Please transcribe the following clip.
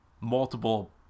multiple